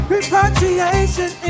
Repatriation